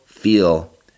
feel